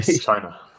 China